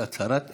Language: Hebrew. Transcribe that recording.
להצהרת אמונים.